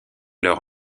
leur